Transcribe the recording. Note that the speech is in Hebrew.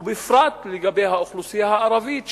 ובפרט לגבי האוכלוסייה הערבית,